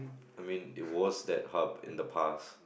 I mean it was that hub in the past